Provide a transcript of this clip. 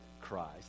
Christ